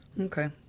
Okay